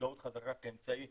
להזדהות חזקה כאמצעי